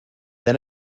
then